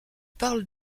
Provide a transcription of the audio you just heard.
parlent